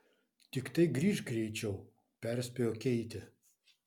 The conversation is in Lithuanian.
tiktai grįžk greičiau perspėjo keitė